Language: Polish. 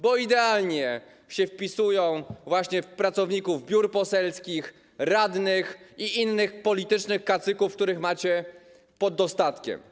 Bo idealnie się wpisują właśnie w wymagania wobec pracowników biur poselskich, radnych i innych politycznych kacyków, których macie pod dostatkiem.